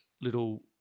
little